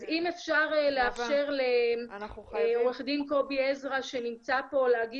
אז אם אפשר לאפשר לעו"ד קובי עזרא להגיד